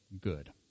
good